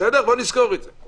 בואו נזכור את זה.